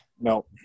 no